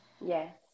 Yes